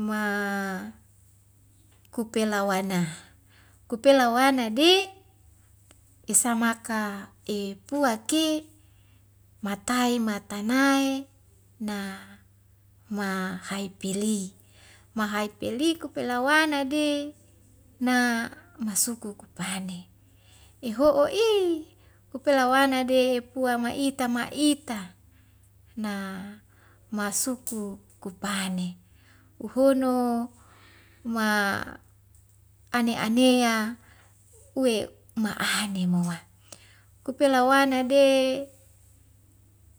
Ma kupela waena kupela waena de esamaka e pua ke matae matanae na ma haipili mahaipeliku pelawana de na masuku kupane eho'i kupelawana de pua ma'ita ma'ita na masuku kupane uhono ma ane anea uwe ma'ane moa kupelawana de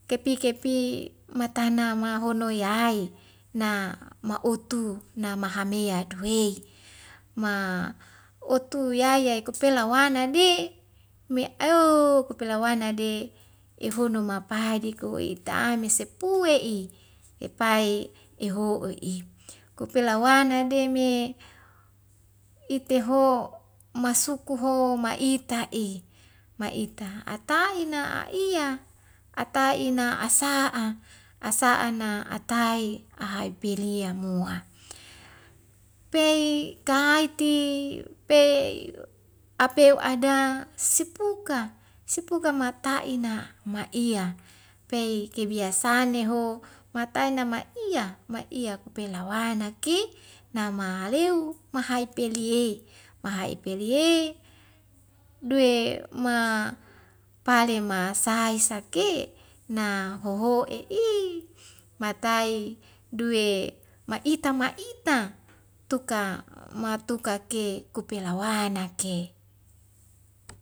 kepi kepi matana mahono yai na ma'otu namaha mea duwei ma otu yaya ikupela wana di me aeu kepelawana de ehono ma pae liku i ita amis sepue'i epai eho i'i kupelawana de me iteho masuko ho ma'ita i ma'ita ataina a iya ata ina asa'a asa'a na atai ahai piriang mua pei kahaiti pei apeu ada sepuka sepuka mataina maiya pei kebiasane ho matai nama iya maiya pelawana ki nama leu mahai peli e maha i peli e duwe ma pale ma sai sa ke na hoho'e i matai duwe ma'ita ma'ita tuka matuka ke kupelawana ke